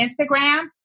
Instagram